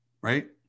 right